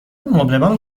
مبلمان